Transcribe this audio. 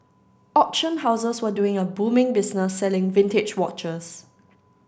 auction houses were doing a booming business selling vintage watches